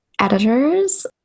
editors